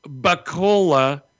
Bacola